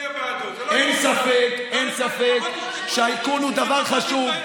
אין ספק שהאיכון הוא דבר חשוב,